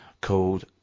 called